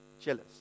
jealous